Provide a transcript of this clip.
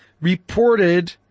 reported